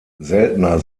seltener